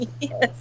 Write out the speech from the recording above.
Yes